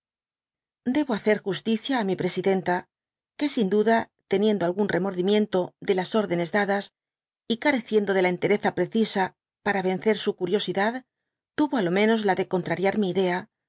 debo hacer justicia á mi presidenta que sin duda teniendo algún remordimiento de las órdenes dadas y careciendo de la entereza precisa para vencer su curiosidad tuyo á lo menos la de contrariar mi idea